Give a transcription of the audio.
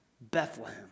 Bethlehem